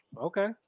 Okay